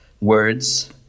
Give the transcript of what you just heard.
words